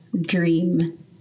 Dream